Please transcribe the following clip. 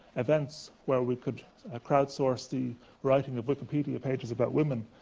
events where we could ah crowdsource the writing of wikipedia pages about women.